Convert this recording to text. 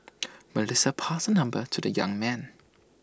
Melissa passed her number to the young man